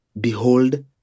Behold